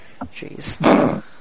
Jeez